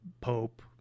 Pope